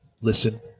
listen